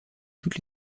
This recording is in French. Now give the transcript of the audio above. toutes